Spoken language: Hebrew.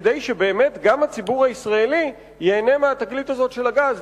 כדי שגם הציבור הישראלי ייהנה מהתגלית הזאת של הגז,